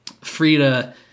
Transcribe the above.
Frida